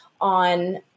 on